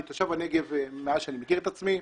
אני תושב הנגב מאז שאני מכיר את עצמי.